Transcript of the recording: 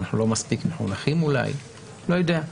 אנחנו לא מספיק מחונכים אולי, לא יודע.